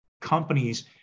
companies